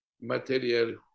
material